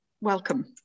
Welcome